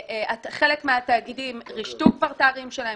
חלק מהתאגידים רישתו כבר את הערים שלהם,